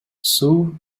суу